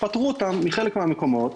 פטרו אותם מחלק מהמקומות.